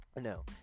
No